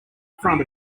front